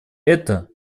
это